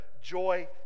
joy